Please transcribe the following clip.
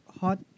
hot